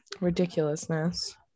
Ridiculousness